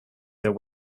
their